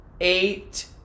eight